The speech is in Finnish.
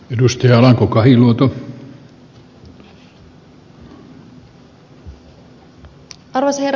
arvoisa herra puhemies